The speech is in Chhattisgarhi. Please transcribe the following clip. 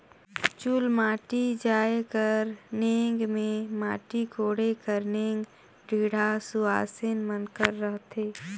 चुलमाटी जाए कर नेग मे माटी कोड़े कर नेग ढेढ़ा सुवासेन मन कर रहथे